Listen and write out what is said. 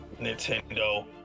Nintendo